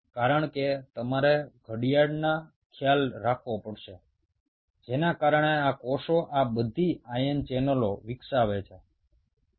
কারণ তোমাদেরকে সময়কাল সম্পর্কে বুঝতে হবে যা অনুযায়ী কোষগুলো এই সমস্ত আয়ন চ্যানেলগুলোকে গড়ে তোলে